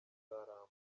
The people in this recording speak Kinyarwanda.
nzaramba